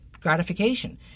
gratification